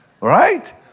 Right